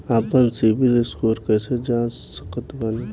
आपन सीबील स्कोर कैसे जांच सकत बानी?